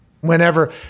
whenever